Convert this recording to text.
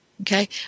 Okay